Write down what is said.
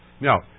Now